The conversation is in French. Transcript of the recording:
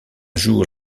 jour